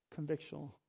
Convictional